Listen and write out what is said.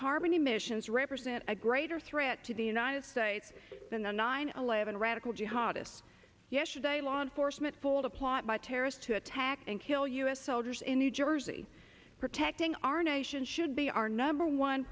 carbon emissions represent a greater threat to the united states than the nine eleven radical jihad it's yesterday law enforcement pulled a plot by terrorists to attack and kill u s soldiers in new jersey protecting our nation should be our number one